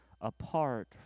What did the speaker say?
apart